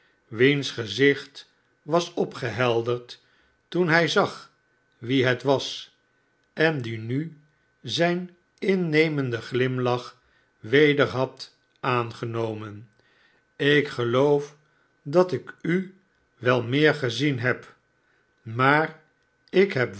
wiens gezicht was opgehelderd toen hij zag wie het was en die nu zijn innemenden glimlach weder had aangenomen ik geloof dat ik u wel meer gezien heb maar ik heb